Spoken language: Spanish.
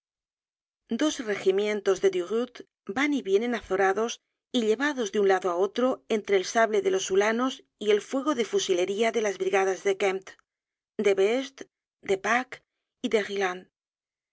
dos regimientos de durutte van y vienen azorados y llevados de un lado á otro entre el sable de los huíanos y el fuego de fusilería de las brigadas de kempt de best de pack y